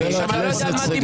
אתה לא יודע על מה הדיבור.